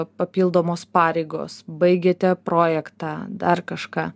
papildomos pareigos baigėte projektą dar kažką